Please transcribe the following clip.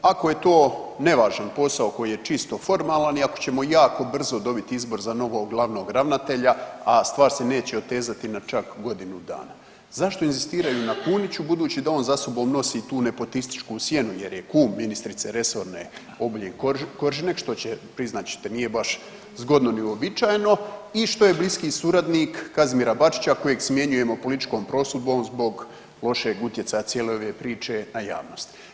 Ako je to nevažan posao koji je čisto formalan i ako ćemo jako brzo dobiti izbor za novog glavnog ravnatelja, a stvar se neće otezati na čak godinu dana, zašto inzistiraju na Kuniću budući da on za sobom nosi tu nepotističku sjenu jer je kum ministrice resorne, Obuljen Koržinek, što će, priznat ćete, nije baš zgodno ni uobičajeno i što je bliski suradnik Kazimira Bačića kojeg smjenjujemo političkom prosudbom zbog lošeg utjecaja cijele ove priče na javnost.